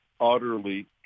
utterly